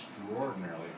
extraordinarily